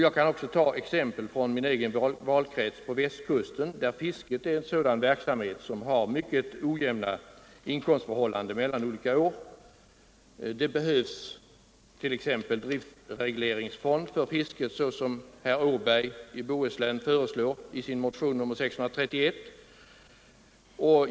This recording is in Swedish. Jag kan även ta exempel från min egen valkrets på Västkusten, där fisket är en sådan verksamhet som har mycket ojämna inkomstförhållanden mellan olika år. Det behövs exempelvis en driftregleringsfond för fisket såsom herr Åberg föreslår i sin motion nr 631.